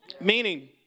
meaning